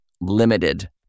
limited